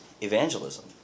evangelism